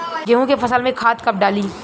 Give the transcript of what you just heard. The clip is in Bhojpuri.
गेहूं के फसल में खाद कब डाली?